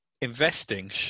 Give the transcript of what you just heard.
investing